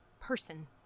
person